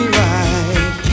right